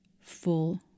full